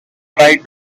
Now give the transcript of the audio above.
try